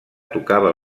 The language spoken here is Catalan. tocava